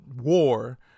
war